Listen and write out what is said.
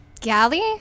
Galley